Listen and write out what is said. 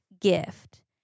gift